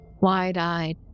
wide-eyed